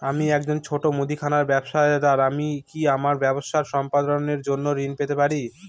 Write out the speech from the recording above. আমি একজন ছোট মুদিখানা ব্যবসাদার আমি কি আমার ব্যবসা সম্প্রসারণের জন্য ঋণ পেতে পারি?